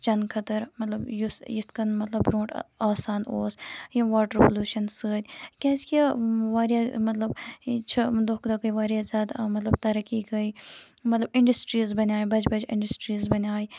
چٮ۪نہٕ خٲطرٕ مطلب یُس یِتھ کٔنۍ مطلب برٛونٹھ آسان اوس ییٚمہِ واٹَر پلوٗشَن سۭتۍ کیازِ کہِ واریاہ مطلب یہِ چھُ دۄہ کھۄتہٕ دۄہ گٔے واریاہ زیادٕ مطلب ترقی گٔے مطلب اِنڈسٹریٖز بَنے بَجہِ بَجہِ اِنڈسٹریٖز بَنِے